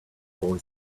boy